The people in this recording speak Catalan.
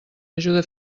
ajuda